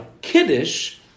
kiddush